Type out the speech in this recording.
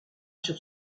sur